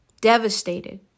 devastated